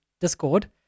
Discord